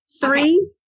Three